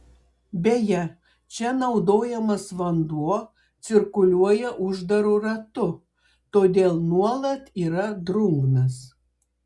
beje čia naudojamas vanduo cirkuliuoja uždaru ratu todėl nuolat yra drungnas